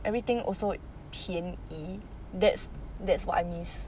everything also 便宜 that's that's what I miss